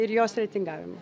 ir jos reitingavimui